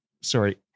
sorry